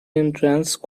entrance